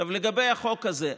לגבי החוק הזה,